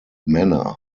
manner